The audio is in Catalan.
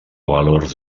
valors